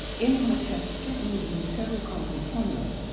imhotep certainly used several concrete formulas,